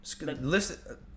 Listen